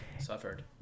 Suffered